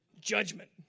judgment